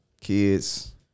kids